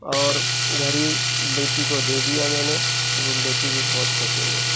اور گھڑی بیٹی کو دے دیا میں نے بیٹی بھی بہت خوش ہو گئی